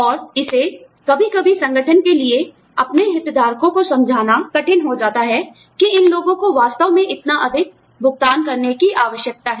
और इसे कभी कभी संगठन के लिए अपने हितधारकों को समझाना कठिन हो जाता है कि इन लोगों को वास्तव में इतना अधिक वेतन भुगतान करने की आवश्यकता है